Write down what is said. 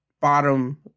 bottom